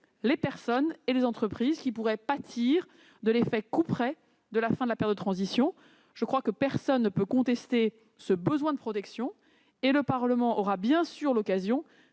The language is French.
les personnes et les entreprises qui pourraient pâtir de l'effet couperet de la fin de la période de transition. Personne, je crois, ne peut contester ce besoin de protection. Le Parlement aura, bien sûr, l'occasion